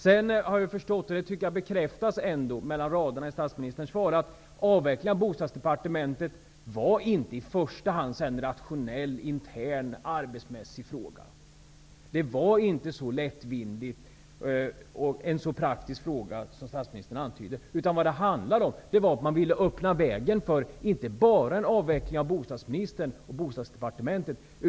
Jag har förstått -- vilket jag tycker bekräftas mellan raderna i statsministern svar -- att avvecklingen av Bostadsdepartementet inte i första hand var en rationell, intern, arbetsmässig fråga. Det var inte en så lättvindig och praktisk fråga som statsministern antydde. Det gällde inte bara en avveckling av bostadsministern och Bostadsdepartementet.